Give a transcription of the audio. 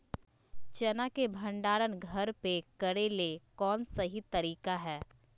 चना के भंडारण घर पर करेले कौन सही तरीका है?